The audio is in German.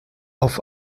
auf